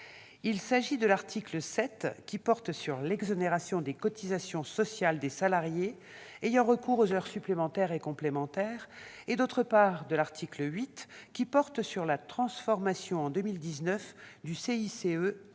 Il s'agit de l'article 7, qui porte sur l'exonération de cotisations sociales des salariés ayant recours aux heures supplémentaires et complémentaires, et, d'autre part, de l'article 8, relatif à la transformation en 2019 du CICE